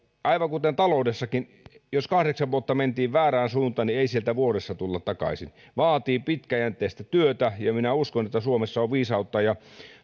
aivan kuten taloudessakin jos kahdeksan vuotta mentiin väärään suuntaan niin ei sieltä vuodessa tulla takaisin vaatii pitkäjänteistä työtä ja minä uskon että suomessa on viisautta ja